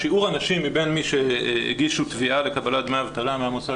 שיעור הנשים מבין מי שהגישו תביעה לקבלת דמי אבטלה מהמוסד